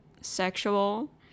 sexual